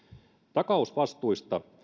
takausvastuista